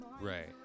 Right